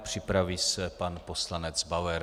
Připraví se pan poslanec Bauer.